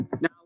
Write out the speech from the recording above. now